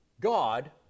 God